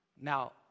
Now